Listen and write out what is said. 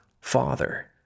father